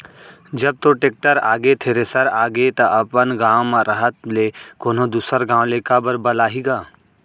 जब तोर टेक्टर आगे, थेरेसर आगे त अपन गॉंव म रहत ले कोनों दूसर गॉंव ले काबर बलाही गा?